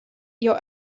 your